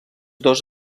dos